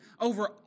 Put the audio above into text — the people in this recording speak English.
Over